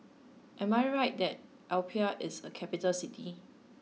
am I right that Apia is a capital city